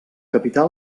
capità